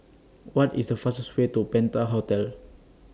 What IS The fastest Way to Penta Hotel